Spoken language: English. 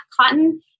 cotton